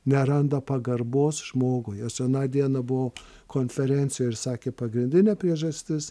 neranda pagarbos žmogui aš aną dieną buvau konferencijoj ir sakė pagrindinė priežastis